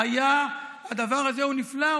הדבר הזה הוא נפלא,